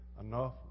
Enough